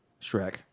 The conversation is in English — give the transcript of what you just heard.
Shrek